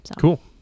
Cool